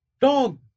dog